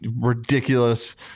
ridiculous